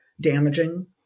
damaging